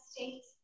States